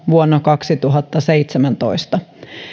vuonna kaksituhattaseitsemäntoista